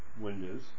windows